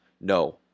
No